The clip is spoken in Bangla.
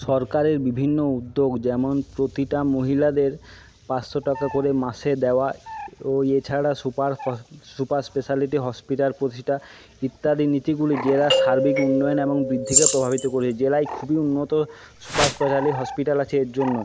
সরকারের বিভিন্ন উদ্যোগ যেমন প্রতিটা মহিলাদের পাঁচশো টাকা করে মাসে দেওয়া ও এছাড়া সুপার সুপার স্পেশালিটি হসপিটাল প্রতিষ্ঠা ইত্যাদি নীতিগুলি জেলার সার্বিক উন্নয়ন এবং বৃদ্ধিকে প্রভাবিত করে জেলায় খুবই উন্নত সুপার স্পেশালিটি হসপিটাল আছে এর জন্য